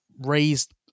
raised